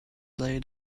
laid